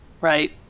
right